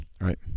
right